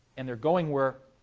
and they're going where